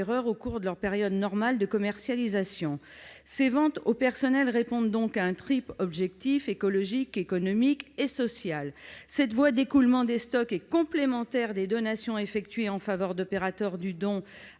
au cours de leur période normale de commercialisation. Les ventes au personnel répondent à un triple objectif écologique, économique et social, cette voie d'écoulement des stocks étant complémentaire des donations effectuées en faveur d'opérateurs du don à